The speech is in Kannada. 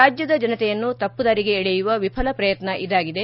ರಾಜ್ಯದ ಜನತೆಯನ್ನು ತಪ್ಪು ದಾರಿಗೆ ಎಳೆಯುವ ವಿಫಲ ಪ್ರಯತ್ನ ಇದಾಗಿದೆ